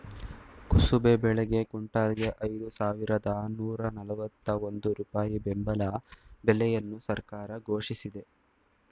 ಕುಸುಬೆ ಬೆಳೆಗೆ ಕ್ವಿಂಟಲ್ಗೆ ಐದು ಸಾವಿರದ ನಾನೂರ ನಲ್ವತ್ತ ಒಂದು ರೂಪಾಯಿ ಬೆಂಬಲ ಬೆಲೆಯನ್ನು ಸರ್ಕಾರ ಘೋಷಿಸಿದೆ